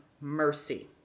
mercy